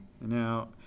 Now